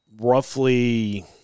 Roughly